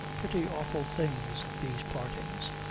pretty awful things, these partings.